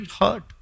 hurt